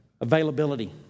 availability